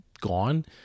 gone